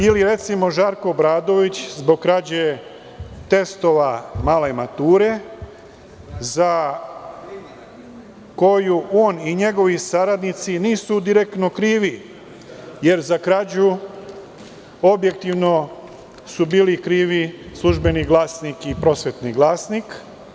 Ili, recimo Žarko Obradović zbog krađe testova male mature za koju on i njegovi saradnici nisu direktno krivi, jer su za krađu objektivno bili krivi „Službeni glasnik“ i „Prosvetni glasnik“